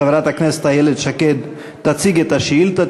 חברת הכנסת איילת שקד תציג את השאילתה,